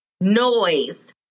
noise